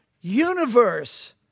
universe